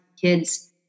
kids